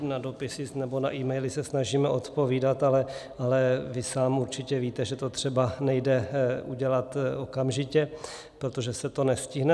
Na dopisy nebo na emaily se snažíme odpovídat, ale vy sám určitě víte, že to třeba nejde udělat okamžitě, protože se to nestihne.